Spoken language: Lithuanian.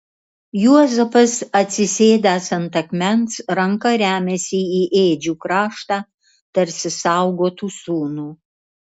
juozapas atsisėdęs ant akmens ranka remiasi į ėdžių kraštą tarsi saugotų sūnų